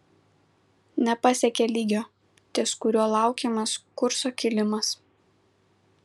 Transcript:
nepasiekė lygio ties kuriuo laukiamas kurso kilimas